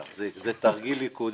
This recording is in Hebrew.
כאלה שלא היו ראויים תינתן תעודת יושר?